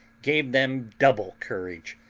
gave them double courage,